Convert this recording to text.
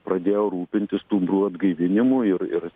pradėjo rūpintis stumbrų atgaivinimu ir ir